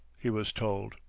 he was told.